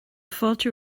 fáilte